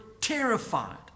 terrified